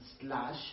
slash